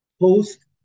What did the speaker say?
post